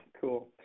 cool